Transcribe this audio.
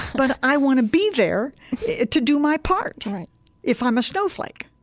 but i want to be there to do my part if i'm a snowflake.